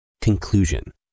Conclusion